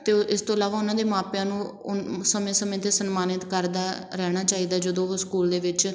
ਅਤੇ ਉਹ ਇਸ ਤੋਂ ਇਲਾਵਾ ਉਹਨਾਂ ਦੇ ਮਾਪਿਆਂ ਨੂੰ ਸਮੇਂ ਸਮੇਂ 'ਤੇ ਸਨਮਾਨਿਤ ਕਰਦਾ ਰਹਿਣਾ ਚਾਹੀਦਾ ਜਦੋਂ ਉਹ ਸਕੂਲ ਦੇ ਵਿੱਚ